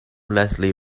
leslie